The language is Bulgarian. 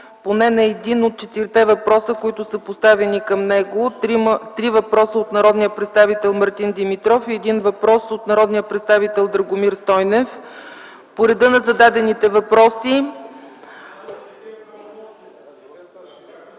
поне на един от четирите въпроса, които са поставени към него – три въпроса от народния представител Мартин Димитров и един въпрос от народния представител Драгомир Стойнев. По реда на зададените въпроси...